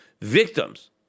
victims